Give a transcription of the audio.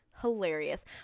hilarious